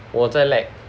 我在 lag